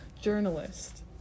journalist